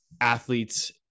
athletes